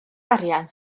arian